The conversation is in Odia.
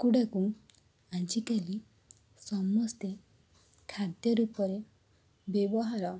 କୁକୁଡ଼ାକୁ ଆଜିକାଲି ସମସ୍ତେ ଖାଦ୍ୟ ରୂପରେ ବ୍ୟବହାର